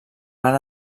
van